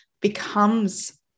becomes